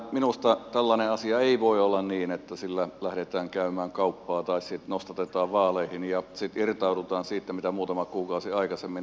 minusta tällainen asia ei voi olla niin että sillä lähdetään käymään kauppaa tai sitten nostatetaan vaaleihin ja sitten irtaudutaan siitä mitä muutama kuukausi aikaisemmin on sanottu